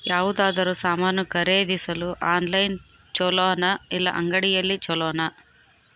ಯಾವುದಾದರೂ ಸಾಮಾನು ಖರೇದಿಸಲು ಆನ್ಲೈನ್ ಛೊಲೊನಾ ಇಲ್ಲ ಅಂಗಡಿಯಲ್ಲಿ ಛೊಲೊನಾ?